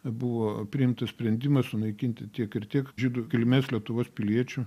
buvo priimtas sprendimas sunaikinti tiek ir tiek žydų kilmės lietuvos piliečių